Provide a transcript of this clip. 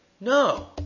No